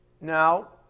Now